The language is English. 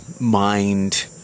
mind